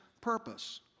purpose